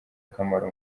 akamaro